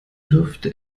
dürfte